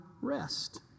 rest